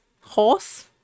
horse